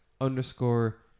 underscore